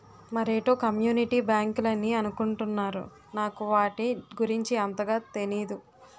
మరేటో కమ్యూనిటీ బ్యాంకులని అనుకుంటున్నారు నాకు వాటి గురించి అంతగా తెనీదు